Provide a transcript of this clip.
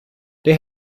they